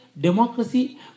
democracy